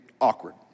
awkward